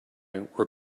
were